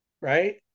right